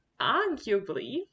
arguably